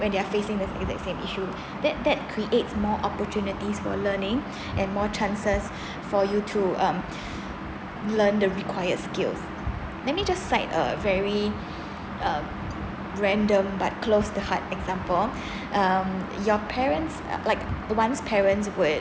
when they are facing the with the same issue that that create more opportunities for learning and more chances for you to um learn the required skills let me just site a very um random but close the heart example um your parents uh like ones parents would